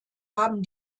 haben